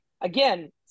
again